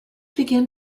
began